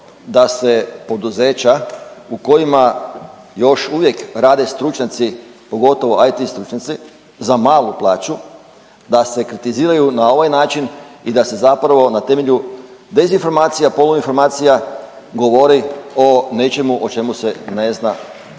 da se poduzeća u kojima još uvijek rade stručnjaci, pogotovo IT stručnjaci za malu plaću, da se kritiziraju na ovaj način i da se zapravo na temelju dezinformacija, poluinformacija govori o nečemu o čemu se ne zna